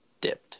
dipped